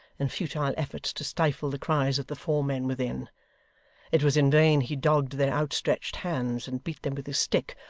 in futile efforts to stifle the cries of the four men within it was in vain he dogged their outstretched hands, and beat them with his stick,